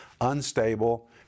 unstable